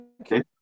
Okay